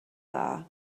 dda